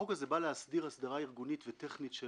החוק הזה בא להסדיר הסדרה ארגונית וטכנית של